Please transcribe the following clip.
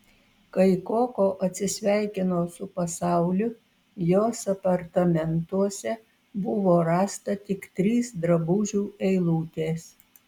kai koko atsisveikino su pasauliu jos apartamentuose buvo rasta tik trys drabužių eilutės